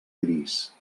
gris